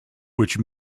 which